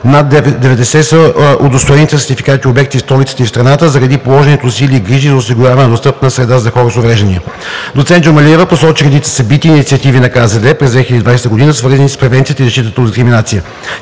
над 90 са удостоените със сертификати обекти в столицата и в страната – заради положените усилия и грижи за осигуряване на достъпна среда за хората с увреждания. Доцент Джумалиева посочи редица събития и инициативи на КЗД през 2020 г., свързани с превенцията и защитата от дискриминация.